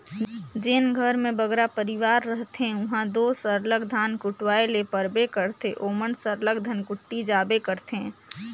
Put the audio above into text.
जेन घर में बगरा परिवार रहथें उहां दो सरलग धान कुटवाए ले परबे करथे ओमन सरलग धनकुट्टी जाबे करथे